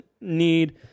need